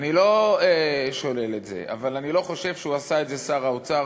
אני לא שולל את זה, אבל אני לא חושב ששר האוצר